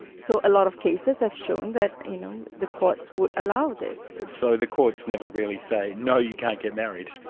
so, a lot of cases have shown that, you know, the courts would allow this. so, the courts never really say, no, you can't get married.